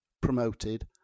promoted